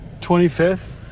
25th